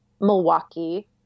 Milwaukee